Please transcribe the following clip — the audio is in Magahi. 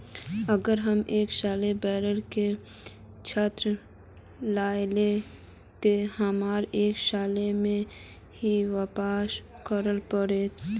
अगर हम एक साल बोल के ऋण लालिये ते हमरा एक साल में ही वापस करले पड़ते?